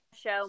show